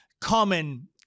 common